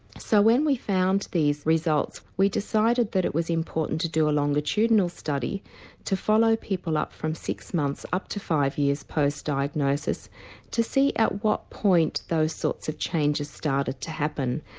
so when we found these results we decided that it was important to do a longitudinal study to follow people up from six months up to five years post diagnosis to see at what point those sorts of changes started to happen.